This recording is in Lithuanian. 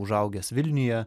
užaugęs vilniuje